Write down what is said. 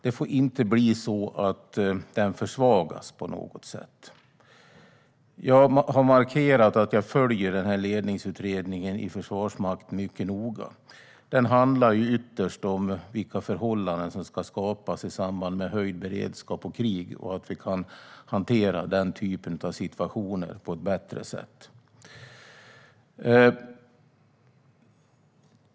Den får inte på något sätt försvagas. Jag har markerat att jag följer Ledningsutredningen i Försvarsmakten mycket noga. Den handlar ytterst om vilka förhållanden som ska skapas i samband med höjd beredskap och krig och om att vi ska kunna hantera den typen av situationer på ett bättre sätt.